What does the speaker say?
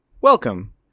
Welcome